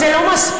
זה לא מספיק.